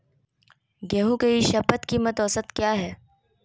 गेंहू के ई शपथ कीमत औसत क्या है?